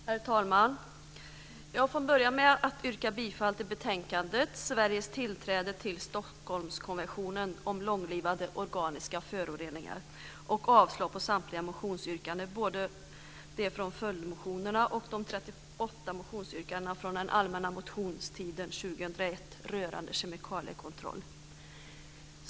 Herr talman! Jag får börja med att yrka bifall till förslaget i betänkandet Sveriges tillträde till Stockholmskonventionen om långlivade organiska föroreningar och avslag på samtliga motionsyrkanden, både de från följdmotionerna och de 38 motionsyrkandena från den allmänna motionstiden 2001 rörande kemikaliekontroll.